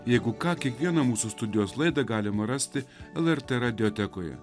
jeigu ką kiekvieną mūsų studijos laidą galima rasti lrt radiotekoje